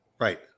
Right